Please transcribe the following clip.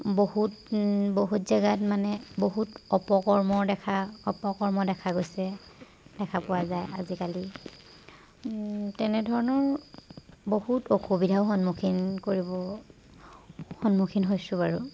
বহুত বহুত জেগাত মানে বহুত অপকৰ্ম দেখা অপকৰ্ম দেখা গৈছে দেখা পোৱা যায় আজিকালি তেনেধৰণৰ বহুত অসুবিধাও সন্মুখীন কৰিব সন্মুখীন হৈছোঁ বাৰু